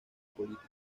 políticas